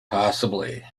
possibly